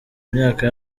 myaka